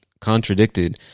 contradicted